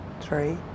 three